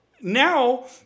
Now